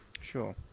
Sure